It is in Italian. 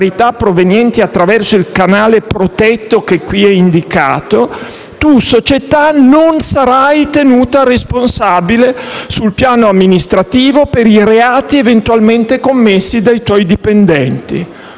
provenienti attraverso il canale protetto che qui è indicato, tu società non sarai tenuta responsabile sul piano amministrativo per i reati eventualmente commessi dai tuoi dipendenti.